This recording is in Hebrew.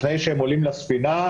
לפני שהם עולים לספינה,